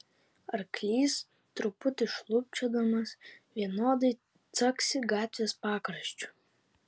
arklys truputį šlubčiodamas vienodai caksi gatvės pakraščiu